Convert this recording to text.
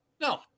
No